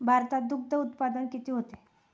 भारतात दुग्धउत्पादन किती होते?